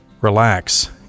relax